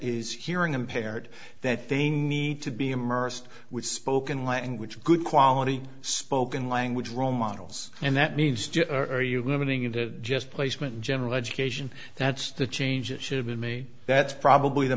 is hearing impaired that they need to be immersed with spoken language a good quality spoken language role models and that needs to earth are you going into just placement in general education that's the change that should have been made that's probably the